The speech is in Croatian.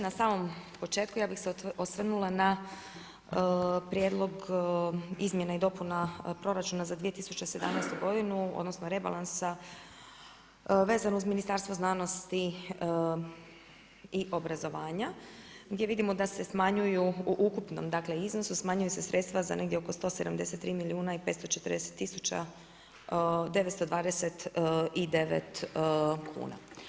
Na samom početku ja bih se osvrnula na Prijedlog izmjena i dopuna proračuna za 2017. godinu, odnosno rebalansa vezano uz Ministarstvo znanosti i obrazovanja gdje vidimo da se smanjuju, u ukupnom dakle iznosu smanjuju se sredstva za negdje oko 173 milijuna i 540 tisuća 929 kuna.